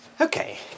Okay